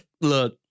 Look